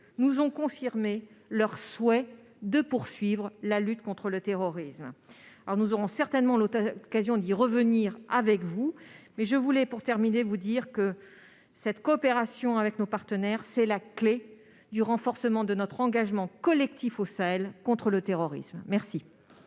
nous ont confirmé leur souhait de poursuivre la lutte contre le terrorisme. Nous aurons certainement l'occasion d'y revenir, mais cette coopération avec nos partenaires est la clé du renforcement de notre engagement collectif au Sahel contre le terrorisme. La